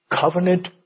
covenant